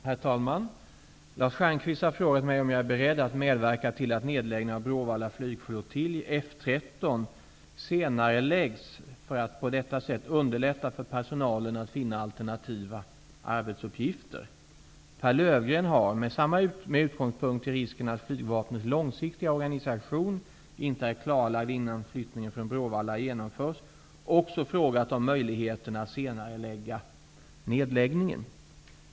Herr talman! Lars Stjernkvist har frågat mig om jag är beredd att medverka till att nedläggningen av Bråvalla flygflottilj -- F 13 -- senareläggs, för att på detta sätt underlätta för personalen att finna alternativa arbetsuppgifter. Pehr Löfgreen har -- med utgångspunkt i risken att flygvapnets långsiktiga organisation inte är klarlagd innan flyttningen från Bråvalla genomförs -- också frågat om möjligheterna att senarelägga nedläggningen.